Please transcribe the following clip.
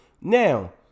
Now